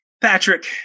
Patrick